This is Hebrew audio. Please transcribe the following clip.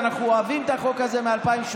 ואנחנו אוהבים את החוק הזה מ-2018,